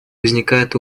возникает